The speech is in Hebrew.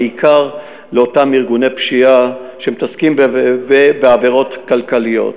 בעיקר כלפי אותם ארגוני פשיעה שמתעסקים בעבירות כלכליות.